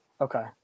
Okay